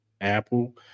Apple